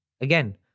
Again